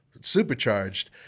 supercharged